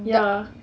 ya